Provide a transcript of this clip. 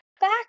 back